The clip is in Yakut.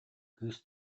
кыыс